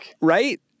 right